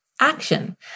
action